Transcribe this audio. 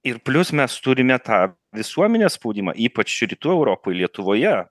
ir plius mes turime tą visuomenės spaudimą ypač rytų europoj lietuvoje